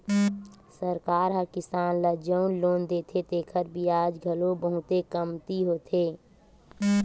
सरकार ह किसान ल जउन लोन देथे तेखर बियाज घलो बहुते कमती होथे